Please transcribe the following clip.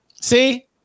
see